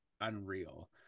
unreal